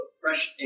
Fresh